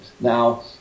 now